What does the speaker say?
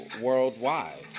worldwide